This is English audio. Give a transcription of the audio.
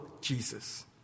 Jesus